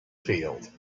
field